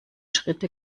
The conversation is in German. schritte